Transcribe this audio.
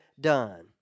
done